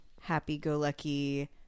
happy-go-lucky